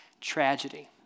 tragedy